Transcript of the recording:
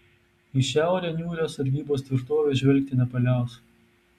į šiaurę niūrią sargybos tvirtovė žvelgti nepaliaus